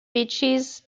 beaches